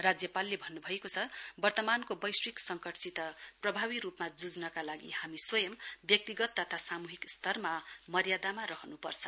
राज्यपालले भन्न् भएको छ वर्तमानको वैश्विक संकटसित प्रभावी रूपमा ज्झ्नका लागि हामीले स्वयं व्यक्तिगत तथा सामुहिक स्तरमा मर्यादामा रहनुपर्छ